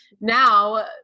now